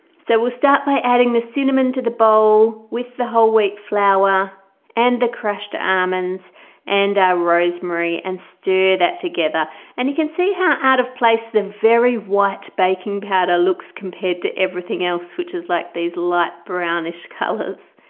so we'll start by adding the cinnamon to the bowl with the whole wheat flour and the crushed almonds and rosemary and stir that together and you can see how out of place the very white baking powder looks compared to everything else which is like these light brownish colors.